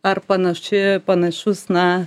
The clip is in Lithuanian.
ar panaši panašus na